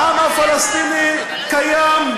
העם הפלסטיני קיים,